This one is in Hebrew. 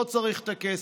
לא צריך את הכסף.